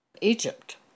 Egypt